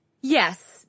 yes